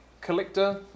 collector